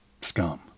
scum